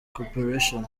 corporation